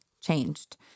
changed